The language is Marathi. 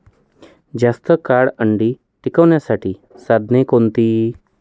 जास्त काळ अंडी टिकवण्यासाठी साधने कोणती?